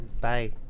Bye